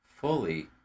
fully